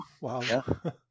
Wow